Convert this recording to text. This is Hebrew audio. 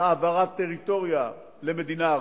העברת טריטוריה למדינה ערבית,